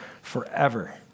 forever